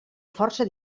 força